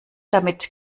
damit